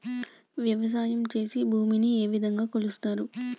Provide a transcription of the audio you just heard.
వ్యవసాయం చేసి భూమిని ఏ విధంగా కొలుస్తారు?